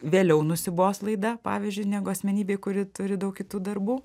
vėliau nusibos laida pavyzdžiui negu asmenybei kuri turi daug kitų darbų